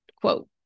quote